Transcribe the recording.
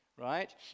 right